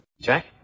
Jack